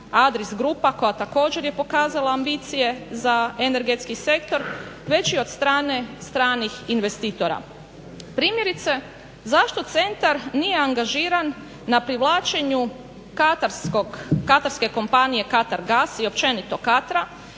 Adris grupa koja također je pokazala ambicije za energetski sektor, već i od strane stranih investitora. Primjerice, zašto centar nije angažiran na privlačenju Katarskog, Katarske kompanije Katar gas i općenito Katra